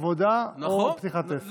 עבודה או פתיחת עסק.